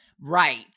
Right